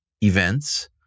events